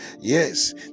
Yes